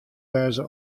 wêze